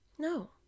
No